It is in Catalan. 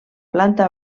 planta